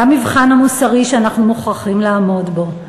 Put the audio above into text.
זה המבחן המוסרי שאנחנו מוכרחים לעמוד בו.